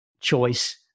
choice